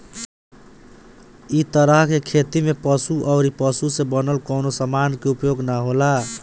इ तरह के खेती में पशु अउरी पशु से बनल कवनो समान के उपयोग ना होला